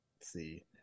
See